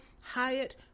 Hyatt